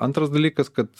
antras dalykas kad